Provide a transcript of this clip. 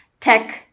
tech